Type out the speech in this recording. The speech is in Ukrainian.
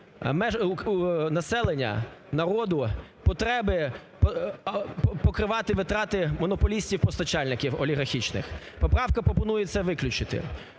населення, народу потреби покривати витрати монополістів-постачальників олігархічних. Поправка пропонується виключити.